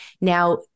Now